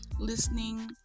listening